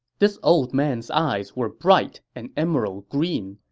this old man's eyes were bright and emerald green.